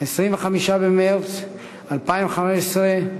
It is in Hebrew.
25 במרס 2015,